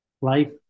life